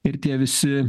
ir tie visi